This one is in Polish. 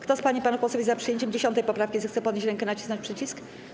Kto z pań i panów posłów jest za przyjęciem 10. poprawki, zechce podnieść rękę i nacisnąć przycisk.